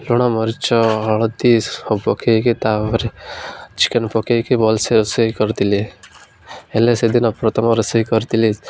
ଲୁଣ ମରିଚ ହଳଦୀ ସବୁ ପକେଇକି ତା'ପରେ ଚିକେନ୍ ପକେଇକି ଭଲସେ ରୋଷେଇ କରିଥିଲି ହେଲେ ସେଦିନ ପ୍ରଥମ ରୋଷେଇ କରିଥିଲି